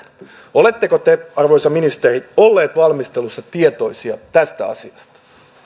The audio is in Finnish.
oletteko te arvoisa ministeri olleet valmistelussa tietoisia tästä asiasta